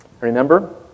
remember